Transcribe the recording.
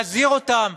להזהיר אותם,